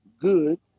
good